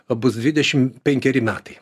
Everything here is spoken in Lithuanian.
o bus dvidešimt penkeri metai